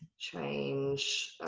change